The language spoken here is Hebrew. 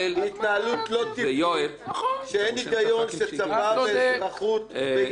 כשאין היגיון של צבא ואזרחות ביחד,